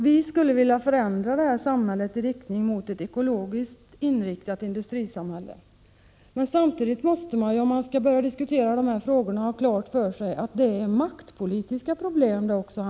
Vi skulle vilja förändra detta samhälle till ett ekologiskt inriktat industrisamhälle. Men samtidigt måste man, när man börjar diskutera dessa frågor, ha klart för sig att det också handlar om maktpolitiska problem.